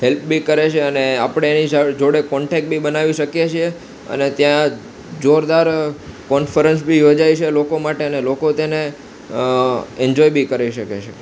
help બી કરે છે અને આપણે એની જોડે કોન્ટેક બી બનાવી શકીએ છીએ અને ત્યાં જોરદાર કોન્ફરન્સ બી યોજાય છે લોકો માટે અને લોકો તેને એન્જોય બી કરી શકે છે